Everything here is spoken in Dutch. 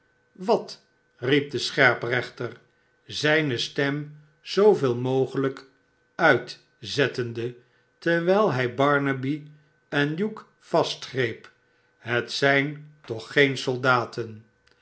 wat riep de scherprechter zijne stem zoo veel mogelijk uitzettende r terwijl hij barnaby en hugh vastgreep shet zijn toch geen soldaten